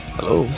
Hello